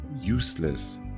useless